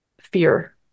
fear